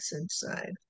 inside